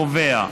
קובע: